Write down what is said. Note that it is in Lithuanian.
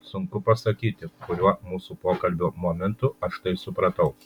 sunku pasakyti kuriuo mūsų pokalbio momentu aš tai supratau